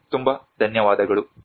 ತುಂಬ ಧನ್ಯವಾದಗಳು